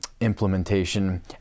implementation